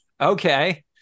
Okay